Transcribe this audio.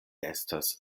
estas